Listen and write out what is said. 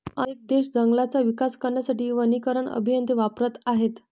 अनेक देश जंगलांचा विकास करण्यासाठी वनीकरण अभियंते वापरत आहेत